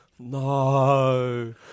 No